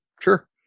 Sure